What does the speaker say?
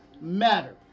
matter